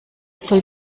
soll